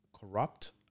corrupt